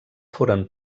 foren